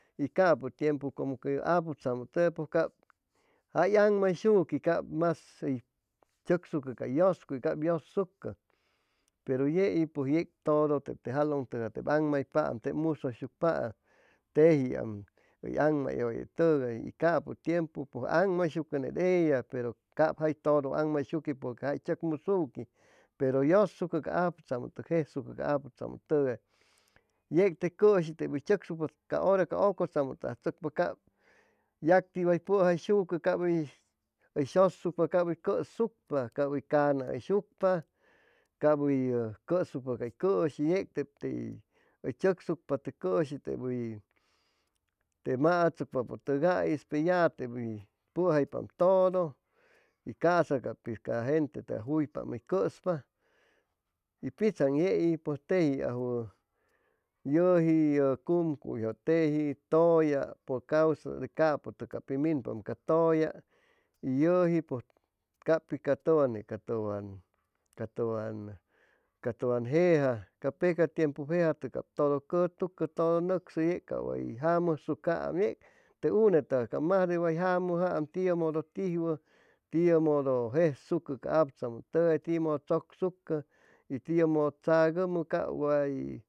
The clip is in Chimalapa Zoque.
Y capu tiempu como ca aputzamʉ jay aŋmayshuqui y mas hʉy tzʉcsucʉ cay yʉscuy cap yʉsucʉ pero yei tec todo tep te jalʉntʉgay tep aŋmaypaam tep mushʉysucpaam tejiam hʉy aŋmayʉyetʉgay capʉ tiempu pʉj aŋmayshucʉ ned ella pero cap jay todo aŋmayshuqui porque jai tzʉcmusuqui pero yʉsucpa ca aputzamʉtʉgais jejsucʉ yec te cʉshi tep hʉy tzʉcsucpa ca hora ca ʉcʉtzamʉtʉgay chʉcpa cap yacti way pʉjaishucʉ cap hʉy shʉcucpa cap hʉy cʉsucpa cap hʉy caana hʉyshucpa cap hʉyʉ cʉsucpa cay cʉshi yec tep tey tzʉcsucpa te cʉshi tep hʉy te maʉtzʉcpapʉtʉgais pe ya tep hʉy pʉjaishucpa todo uy caasa ca pitz ca gentetʉgais hʉy juypam hʉy cʉspa y pitzaaŋ yei pʉj tejiajwʉ yʉji yʉ cumcuyjʉ teji tʉya por causa de capʉtʉg ca'pi minpam ca tʉya y yʉji pʉj ca'pi ca tʉwan ne ca tʉwan tʉwan ca tʉwan jeja pecaptiempu gente jejpa todo cʉtucʉ todo nʉcsʉ yec cap way jamʉsucaam yei te unetʉgais majde way jamʉjwaam tiʉmodo tijwʉ tiʉmodo jessucʉ ca aputzamʉtʉgay timodo tzʉcsucʉ y tiʉmodo tzagʉmʉ cap way